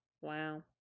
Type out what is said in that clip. wow